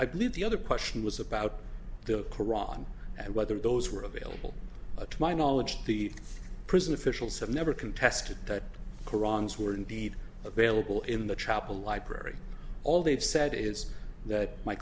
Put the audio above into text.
i believe the other question was about the koran and whether those were available to my knowledge the prison officials have never contested that qur'an is were indeed available in the chapel library all they've said is that my